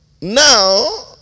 Now